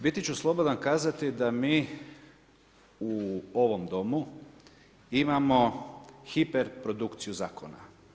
Biti ću slobodan kazati da mi u ovom Domu imamo hiperprodukciju zakona.